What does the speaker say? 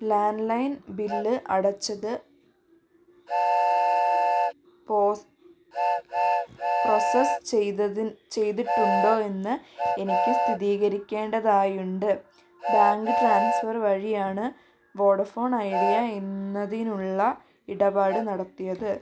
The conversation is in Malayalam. ലാൻഡ് ലൈൻ ബില്ല് അടച്ചത് പോസ് പ്രൊസസ്സ് ചെയ്തിട്ടുണ്ടോ എന്ന് എനിക്ക് സ്ഥിരീകരിക്കേണ്ടതായുണ്ട് ബാങ്ക് ട്രാൻസ്ഫർ വഴിയാണ് വോഡഫോൺ ഐഡിയ എന്നതിനുള്ള ഇടപാട് നടത്തിയത്